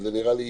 וזה נראה לי